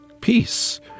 Peace